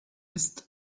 ist